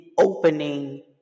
opening